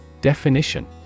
Definition